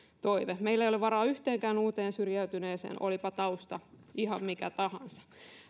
toive meillä ei ole varaa yhteenkään uuteen syrjäytyneeseen olipa tausta ihan mikä tahansa